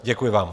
Děkuji vám.